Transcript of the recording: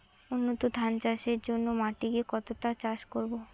উন্নত ধান চাষের জন্য মাটিকে কতটা চাষ করব?